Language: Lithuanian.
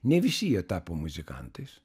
ne visi jie tapo muzikantais